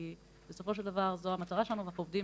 כי בסופו של דבר זאת המטרה שלנו ואנחנו עובדים